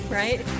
right